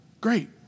Great